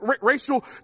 racial